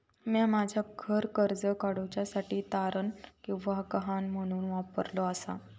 म्या माझा घर कर्ज काडुच्या साठी तारण किंवा गहाण म्हणून वापरलो आसा